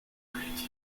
oriented